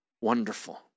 wonderful